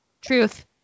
Truth